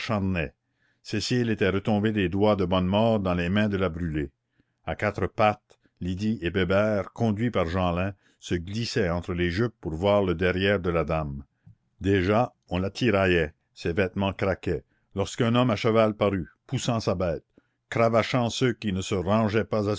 cécile était retombée des doigts de bonnemort dans les mains de la brûlé a quatre pattes lydie et bébert conduits par jeanlin se glissaient entre les jupes pour voir le derrière à la dame déjà on la tiraillait ses vêtements craquaient lorsqu'un homme à cheval parut poussant sa bête cravachant ceux qui ne se rangeaient pas